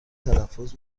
تلفظ